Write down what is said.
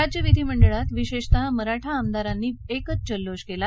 राज्य विधीमंडळात विशेषतः मराठा आमदारांनी एकच जल्लोष केला